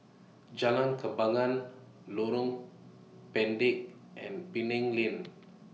Jalan Kembangan Lorong Pendek and Penang Lane